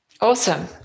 Awesome